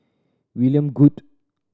William Goode